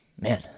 man